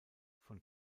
von